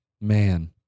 man